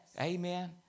Amen